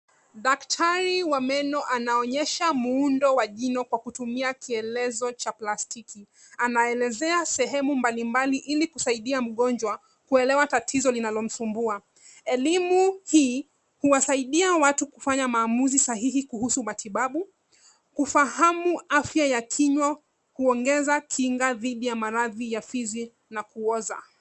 Daktari wa meno anaonyesha muundo wa jino kwa kutumia kielezo cha plastiki. Anaelezea sehemu mbalimbali ili kusaidia mgonjwa kuelewa tatizo linalomsumbua. Elimu hii husaidia watu kufanya maamuzi sahihi kuhusu matibabu, kufahamu afya ya kinywa, kuongeza kinga dhidi ya maradhi ya fizi na kuoza.